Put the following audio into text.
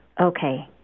Okay